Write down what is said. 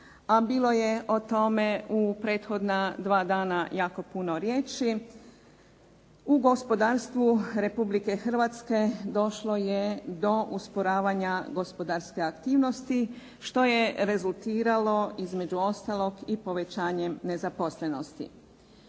a bilo je o tome u prethodna dva dana jako puno riječi, u gospodarstvu Republike Hrvatske došlo je do usporavanja gospodarske aktivnosti, što je rezultiralo između ostalog i povećanjem nezaposlenosti.